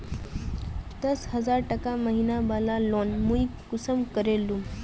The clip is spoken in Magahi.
दस हजार टका महीना बला लोन मुई कुंसम करे लूम?